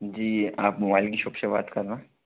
जी आप मोबाईल की शॉप से बात कर रहे हैं